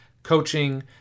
coaching